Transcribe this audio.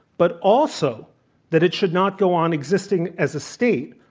but also that it should not go on existing as a state,